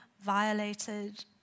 violated